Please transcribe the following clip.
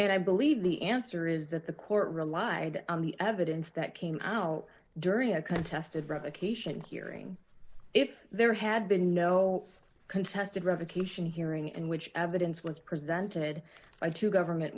and i believe the answer is that the court relied on the evidence that came out during a contested revocation hearing if there had been no contested revocation hearing in which evidence was presented by two government